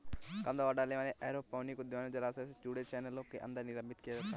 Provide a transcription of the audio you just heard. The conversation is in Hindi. कम दबाव वाले एरोपोनिक उद्यानों जलाशय से जुड़े चैनल के अंदर निलंबित किया जाता है